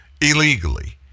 illegally